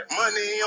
money